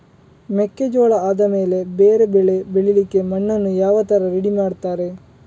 ಮೆಕ್ಕೆಜೋಳ ಆದಮೇಲೆ ಬೇರೆ ಬೆಳೆ ಬೆಳಿಲಿಕ್ಕೆ ಮಣ್ಣನ್ನು ಯಾವ ತರ ರೆಡಿ ಮಾಡ್ತಾರೆ?